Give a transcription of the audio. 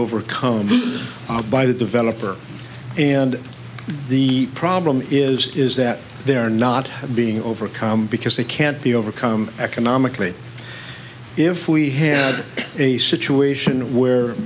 overcome the odds by the developer and the problem is is that they're not being overcome because they can't be overcome economically if we had a situation where